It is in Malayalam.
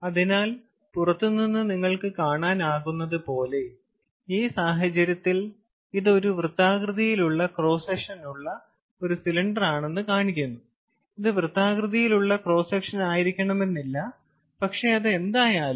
അതിനാൽ പുറത്ത് നിന്ന് നിങ്ങൾക്ക് കാണാനാകുന്നതുപോലെ ഈ സാഹചര്യത്തിൽ ഇത് ഒരു വൃത്താകൃതിയിലുള്ള ക്രോസ് സെക്ഷനുള്ള ഒരു സിലിണ്ടറാണെന്ന് കാണിക്കുന്നു ഇത് വൃത്താകൃതിയിലുള്ള ക്രോസ് സെക്ഷനായിരിക്കണമെന്നില്ല പക്ഷേ അത് എന്തായാലും